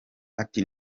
ati